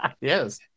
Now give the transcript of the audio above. Yes